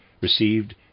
received